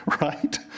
right